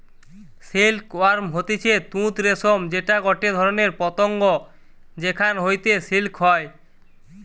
silk worm হতিছে তুত রেশম যেটা গটে ধরণের পতঙ্গ যেখান হইতে সিল্ক হয়